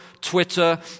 Twitter